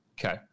Okay